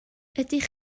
ydych